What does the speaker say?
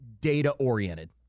data-oriented